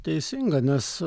teisinga nes